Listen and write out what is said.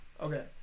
Okay